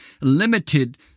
limited